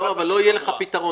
אבל לא יהיה לך פתרון.